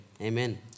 Amen